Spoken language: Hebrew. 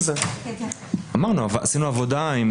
לפחות בעיר